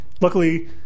luckily